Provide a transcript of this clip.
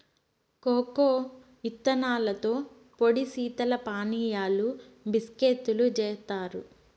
cocoa ఇత్తనాలతో పొడి శీతల పానీయాలు, బిస్కేత్తులు జేత్తారు